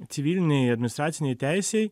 civilinėj administracinėj teisėj